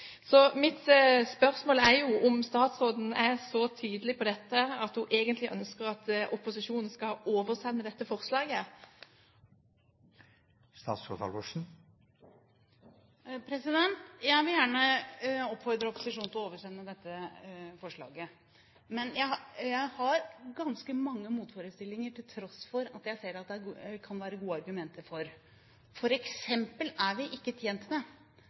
at hun egentlig ønsker at opposisjonen skal oversende dette forslaget? Jeg vil gjerne oppfordre opposisjonen til å oversende dette forslaget, men jeg har ganske mange motforestillinger til tross for at jeg ser at det kan være gode argumenter for. Vi er f.eks. ikke tjent med